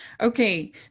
Okay